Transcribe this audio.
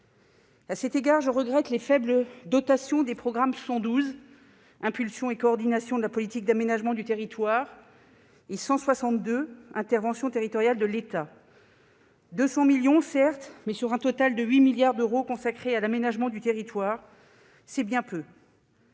À cet égard, je regrette les faibles dotations des programmes 112, « Impulsion et coordination de la politique d'aménagement du territoire », et 162, « Interventions territoriales de l'État ». Certes, ces programmes représentent 200 millions d'euros, mais, sur un total de 8 milliards d'euros consacrés à l'aménagement du territoire, c'est bien peu